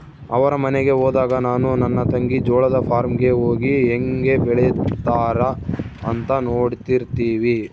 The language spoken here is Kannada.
ಅವರ ಮನೆಗೆ ಹೋದಾಗ ನಾನು ನನ್ನ ತಂಗಿ ಜೋಳದ ಫಾರ್ಮ್ ಗೆ ಹೋಗಿ ಹೇಂಗೆ ಬೆಳೆತ್ತಾರ ಅಂತ ನೋಡ್ತಿರ್ತಿವಿ